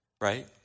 right